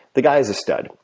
the guy's a stud,